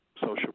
social